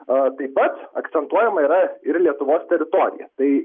aa taip pat akcentuojama yra ir lietuvos teritorija tai